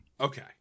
Okay